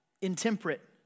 intemperate